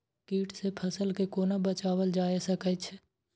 कीट से फसल के कोना बचावल जाय सकैछ?